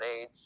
age